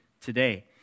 today